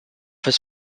his